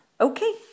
Okay